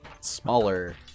smaller